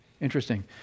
Interesting